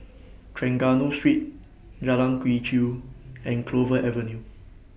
Trengganu Street Jalan Quee Chew and Clover Avenue